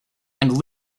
and